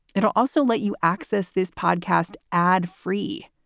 it'll also let you access this podcast ad free.